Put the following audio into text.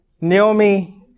Naomi